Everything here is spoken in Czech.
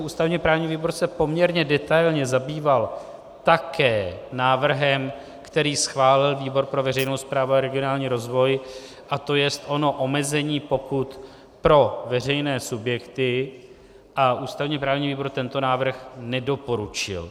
Ústavněprávní výbor se poměrně detailně zabýval také návrhem, který schválil výbor pro veřejnou správu a regionální rozvoj, a to jest ono omezení pokut pro veřejné subjekty, a ústavněprávní výbor tento návrh nedoporučil.